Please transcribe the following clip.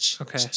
Okay